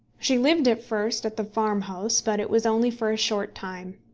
she lived at first at the farmhouse, but it was only for a short time.